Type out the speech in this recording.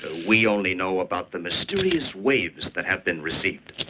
ah we only know about the mysterious waves that have been received.